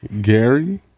Gary